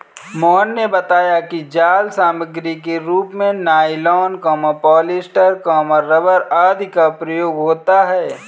मोहन ने बताया कि जाल सामग्री के रूप में नाइलॉन, पॉलीस्टर, रबर आदि का प्रयोग होता है